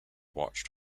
watched